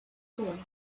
boy